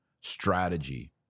strategy